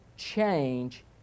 change